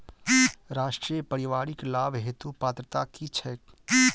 राष्ट्रीय परिवारिक लाभ हेतु पात्रता की छैक